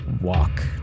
walk